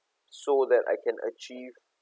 so that I can achieve